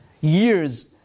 years